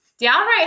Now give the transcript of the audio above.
downright